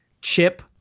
chip